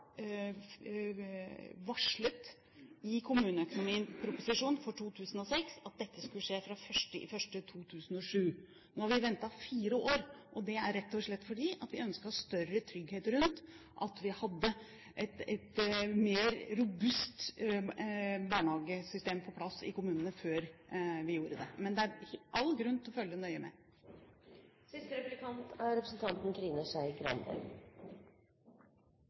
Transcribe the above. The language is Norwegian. varslet i kommuneproposisjonen for 2006 at dette skulle skje fra 1. januar 2007. Nå har vi ventet fire år. Det er rett og slett fordi vi ønsket større trygghet rundt at vi hadde et mer robust barnehagesystem på plass i kommunene før vi gjorde det. Men det er all grunn til å følge nøye